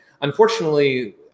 Unfortunately